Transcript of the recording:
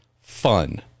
fun